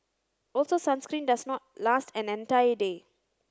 also sunscreen does not last an entire day